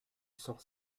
sang